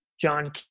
John